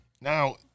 now